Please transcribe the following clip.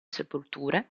sepolture